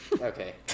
Okay